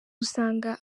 usanga